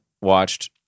watched